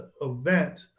event